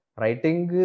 writing